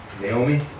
Naomi